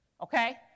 okay